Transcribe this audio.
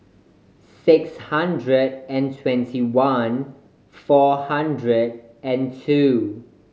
six hundred and twenty one four hundred and two